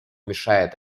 мешает